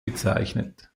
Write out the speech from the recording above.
bezeichnet